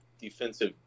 defensive